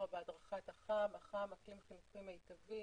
והדרכת אח"מ אקלים חינוכי מיטבי.